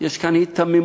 יש כאן היתממות,